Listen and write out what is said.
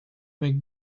make